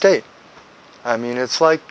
state i mean it's like